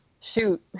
shoot